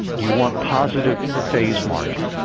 you want positive phase margin.